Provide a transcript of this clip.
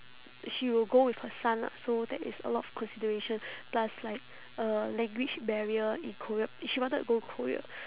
she will go with her son lah so there is a lot of consideration plus like uh language barrier in korea she wanted to go korea